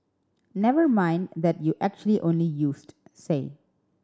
never mind that you actually only used say